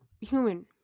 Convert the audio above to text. human